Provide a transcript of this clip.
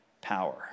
power